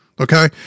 Okay